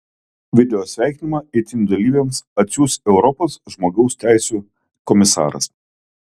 video sveikinimą eitynių dalyviams atsiųs europos žmogaus teisių komisaras